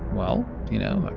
well, you know,